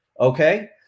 Okay